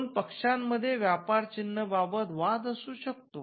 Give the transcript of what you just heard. दोन पक्षांमध्ये व्यापार चिन्ह बाबत वाद असू शकतो